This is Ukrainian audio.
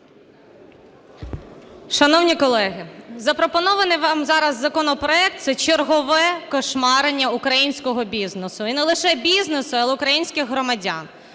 Шановні колеги! Запропонований вам зараз законопроект – це чергове "кошмарення" українського бізнесу і не лише бізнесу, але і українських громадян.